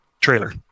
Trailer